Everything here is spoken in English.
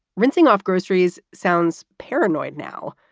rinsing off groceries sounds paranoid now,